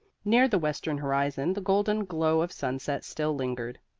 near the western horizon the golden glow of sunset still lingered.